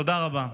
תודה רבה.